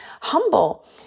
humble